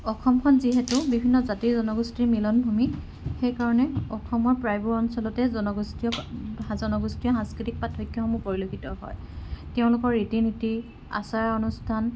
অসমখন যিহেতু বিভিন্ন জাতি জনগোষ্ঠৰ মিলন ভূমি সেই কাৰণে অসমৰ প্ৰায়বোৰ অঞ্চলতে জনগোষ্ঠীয় জনগোষ্ঠীয় সাংস্কৃতিক পাৰ্থক্যসমূহ পৰিলক্ষিত হয় তেওঁলোকৰ ৰীতি নীতি আচাৰ অনুষ্ঠান